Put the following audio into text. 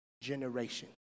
generation